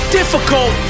difficult